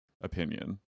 opinion